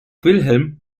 wilhelm